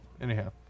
anyhow